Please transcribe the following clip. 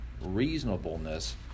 reasonableness